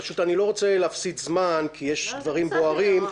פשוט אני לא רוצה להפסיד זמן, כי יש דברים בוערים.